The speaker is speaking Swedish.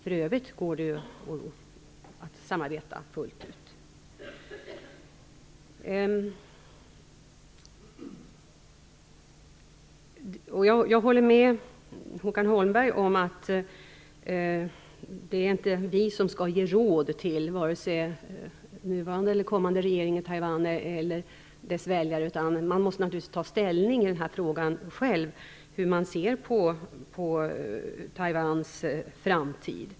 För övrigt går det att samarbeta fullt ut. Jag håller med Håkan Holmberg om att det inte är vi som skall ge råd till vare sig nuvarande eller kommande regering i Taiwan eller dess väljare, utan man måste i landet naturligtvis ta ställning till hur man ser på Taiwans framtid.